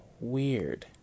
weird